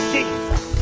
Jesus